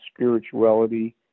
spirituality